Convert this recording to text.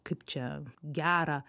kaip čia gerą